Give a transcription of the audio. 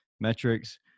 metrics